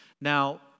Now